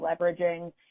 leveraging